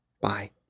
Bye